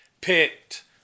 picked